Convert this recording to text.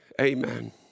Amen